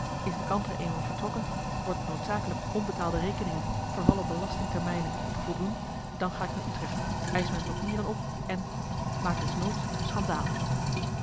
is de kantere eenmaal vertrokken wordt het noodzakelijk onbetaalde rekeningen vervallen belasting termijnen te voldoen dan ga ik naar utrecht eisch mijn papieren op en maak des noods schandaal